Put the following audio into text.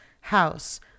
House